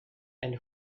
and